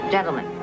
Gentlemen